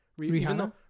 Rihanna